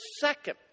second